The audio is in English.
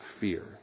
fear